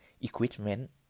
equipment